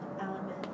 element